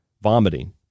vomiting